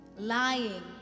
lying